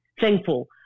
thankful